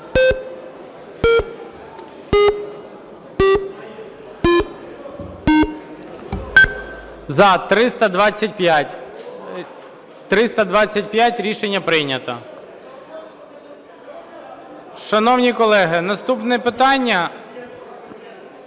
За-325 Рішення прийнято. Шановні колеги, наступне питання.